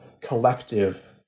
collective